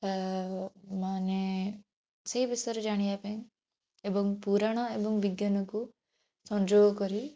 ବା ମାନେ ସେହି ବିଷୟରେ ଜାଣିବା ପାଇଁ ଏବଂ ପୁରାଣ ଏବଂ ବିଜ୍ଞାନକୁ ସଂଯୋଗ କରି